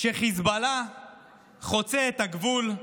שחיזבאללה חוצה את הגבול,